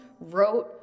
wrote